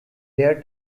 their